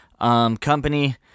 company